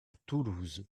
toulouse